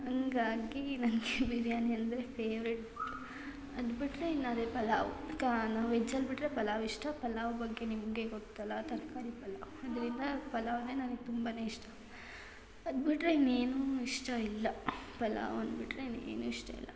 ಹಂಗಾಗಿ ನನಗೆ ಬಿರ್ಯಾನಿ ಅಂದರೆ ಫೇವ್ರೆಟ್ ಅದು ಬಿಟ್ಟರೆ ಇನ್ನು ಅದೇ ಪಲಾವ್ ಕಾ ನಾ ವೆಜ್ಜಲ್ಲಿ ಬಿಟ್ಟರೆ ಪಲಾವ್ ಇಷ್ಟ ಪಲಾವ್ ಬಗ್ಗೆ ನಿಮಗೆ ಗೊತ್ತಲ್ಲ ತರಕಾರಿ ಪಲಾವ್ ಆದ್ರಿಂದ ಪಲಾವೇ ನನಗೆ ತುಂಬ ಇಷ್ಟ ಅದು ಬಿಟ್ಟರೆ ಇನ್ನೇನೂ ಇಷ್ಟ ಇಲ್ಲ ಪಲಾವ್ ಒಂದು ಬಿಟ್ಟರೆ ಇನ್ನೇನೂ ಇಷ್ಟ ಇಲ್ಲ